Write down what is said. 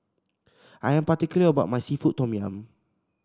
I am particular about my seafood Tom Yum